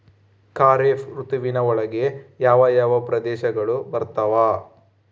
ಖಾರೇಫ್ ಋತುವಿನ ಒಳಗೆ ಯಾವ ಯಾವ ಪ್ರದೇಶಗಳು ಬರ್ತಾವ?